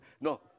No